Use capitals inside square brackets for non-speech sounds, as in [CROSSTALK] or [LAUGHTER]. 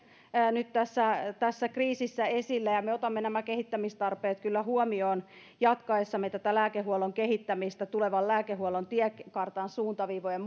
nyt tässä tässä kriisissä esille me otamme kyllä nämä kehittämistarpeet huomioon jatkaessamme lääkehuollon kehittämistä tulevan lääkehuollon tiekartan suuntaviivojen [UNINTELLIGIBLE]